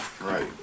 Right